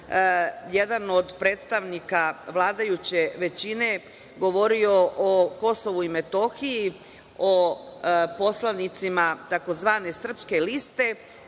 jedan od predstavnika vladajuće većine govorio o Kosovu i Metohiji, o poslanicima takozvane Srpske liste,